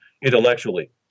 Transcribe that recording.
intellectually